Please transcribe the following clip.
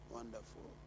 wonderful